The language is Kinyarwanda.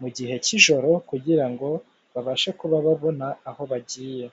mu gihe cy'ijoro kugira ngo babashe kubona aho bagiye.